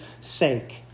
sake